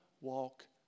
walk